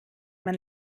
man